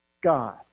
God